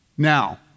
Now